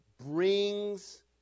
brings